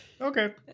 Okay